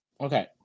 Okay